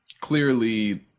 clearly